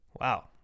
Wow